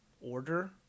order